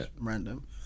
random